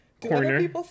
Corner